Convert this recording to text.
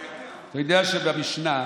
אתה יודע שבמשנה,